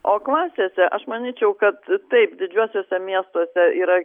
o klasėse aš manyčiau kad taip didžiuosiuose miestuose yra